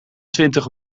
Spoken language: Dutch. twintig